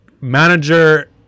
manager